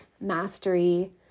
Mastery